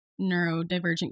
neurodivergent